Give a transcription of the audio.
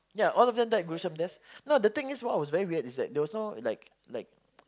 yeah all of them died gruesome deaths no the thing is what was very weird is that there was no like like